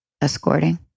escorting